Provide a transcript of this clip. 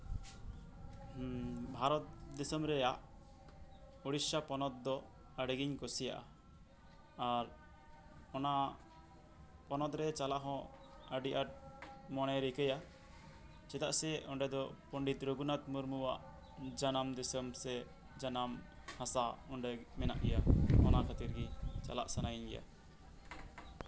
ᱵᱷᱟᱨᱚᱛ ᱫᱤᱥᱚᱢ ᱨᱮᱭᱟᱜ ᱳᱲᱤᱥᱥᱟ ᱯᱚᱱᱚᱛ ᱫᱚ ᱟᱹᱰᱤᱜᱤᱧ ᱠᱩᱥᱤᱭᱟᱜᱼᱟ ᱟᱨ ᱚᱱᱟ ᱯᱚᱱᱚᱛ ᱨᱮ ᱪᱟᱞᱟᱜ ᱦᱚᱸ ᱟᱹᱰᱤ ᱟᱸᱴ ᱢᱚᱱᱮᱭ ᱨᱤᱠᱟᱹᱭᱟ ᱪᱮᱫᱟᱜ ᱥᱮ ᱚᱸᱰᱮ ᱫᱚ ᱯᱚᱱᱰᱤᱛ ᱨᱚᱜᱷᱩᱱᱟᱛᱷ ᱢᱩᱨᱢᱩᱣᱟᱜ ᱡᱟᱱᱟᱢ ᱫᱤᱥᱚᱢ ᱥᱮ ᱡᱟᱱᱟᱢ ᱦᱟᱥᱟ ᱚᱸᱰᱮ ᱢᱮᱱᱟᱜ ᱜᱮᱭᱟ ᱚᱱᱟ ᱠᱷᱟᱹᱛᱤᱨ ᱜᱮ ᱪᱟᱞᱟᱜ ᱥᱟᱱᱟᱭᱤᱧ ᱜᱮᱭᱟ